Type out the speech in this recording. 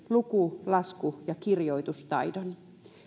luku lasku ja kirjoitustaidon